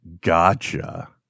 Gotcha